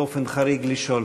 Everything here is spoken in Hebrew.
באופן חריג, לשאול.